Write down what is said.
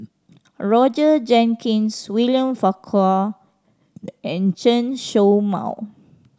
Roger Jenkins William Farquhar and Chen Show Mao